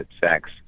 sex